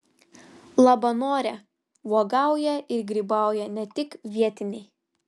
labanore uogauja ir grybauja ne tik vietiniai